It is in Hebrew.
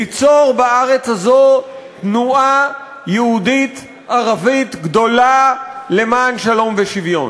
ליצור בארץ הזאת תנועה יהודית-ערבית גדולה למען שלום ושוויון.